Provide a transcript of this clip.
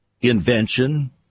invention